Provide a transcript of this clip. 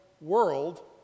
world